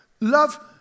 Love